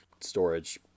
storage